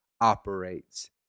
operates